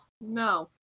no